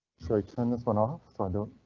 so i turn this one off so don't?